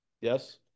yes